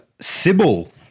Sybil